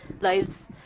lives